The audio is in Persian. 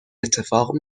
اتفاق